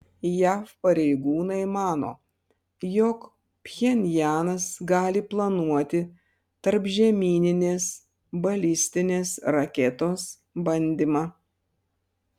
jav pareigūnai mano jog pchenjanas gali planuoti tarpžemyninės balistinės raketos bandymą